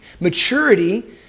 Maturity